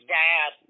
dad